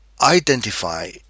identify